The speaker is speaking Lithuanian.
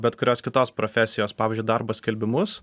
bet kurios kitos profesijos pavyzdžiui darbo skelbimus